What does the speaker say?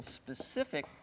specific